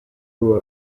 who